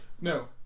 No